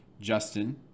Justin